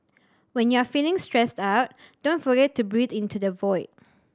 when you are feeling stressed out don't forget to breathe into the void